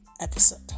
episode